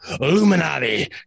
Illuminati